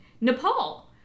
Nepal